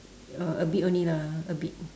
uh a bit only lah a bit